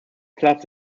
clubs